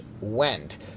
went